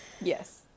yes